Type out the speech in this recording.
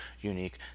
unique